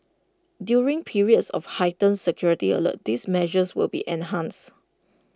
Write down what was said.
during periods of heightened security alert these measures will be enhanced